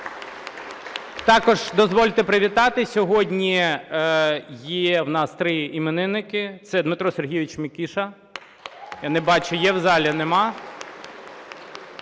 Також дозвольте привітати, сьогодні є у нас три іменинника. Це Дмитро Сергійович Микиша. Я не бачу, є в залі, нема.